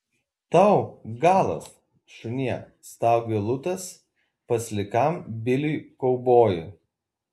tau galas šunie staugia luitas paslikam biliui kaubojui